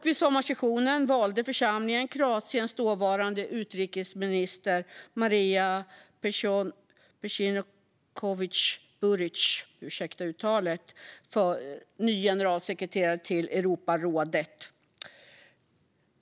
Vid sommarsessionen valde församlingen Kroatiens dåvarande utrikesminister Marija Pejcinovic Buric till ny generalsekreterare för Europarådet.